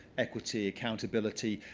equity, accountability,